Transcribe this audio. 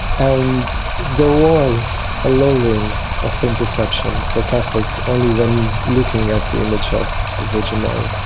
and there was a lowering of pain perception for catholics only when looking at the image of the virgin mary.